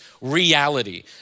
reality